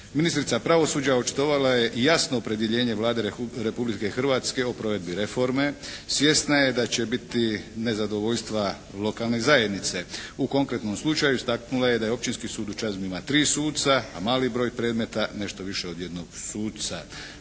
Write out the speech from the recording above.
Ministrica pravosuđa očitovala je jasno opredjeljenje Vlade Republike Hrvatske o provedbi reforme. Svjesna je da će biti nezadovoljstva lokalne zajednice. U konkretnom slučaju istaknula je da Općinski sud u Čazmi ima 3 suca, a mali broj predmeta, nešto više od jednog suca.